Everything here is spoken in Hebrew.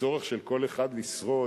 והצורך של כל אחד לשרוד,